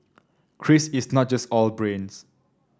Chris is not just all brains